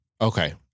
Okay